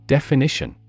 Definition